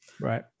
right